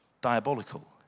diabolical